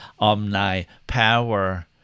omnipower